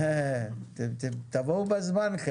תבואו בזמן.